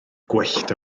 gwyllt